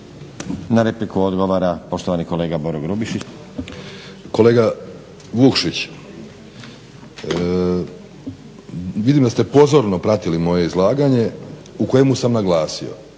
Na repliku odgovara poštovani kolega Boro Grubišić. **Grubišić, Boro (HDSSB)** Kolega Vukšić vidim da ste pozorno pratili moje izlaganje u kojemu sam naglasio